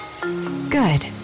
Good